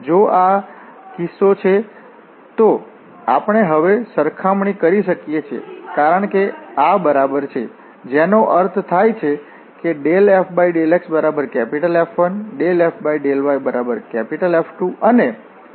તેથી જો આ કિસ્સો છે તો આપણે હવે સરખામણી કરી શકીએ છીએ કારણ કે આ બરાબર છે જેનો અર્થ થાય છે δfδxF1 δfδyF2 અને δfδzF3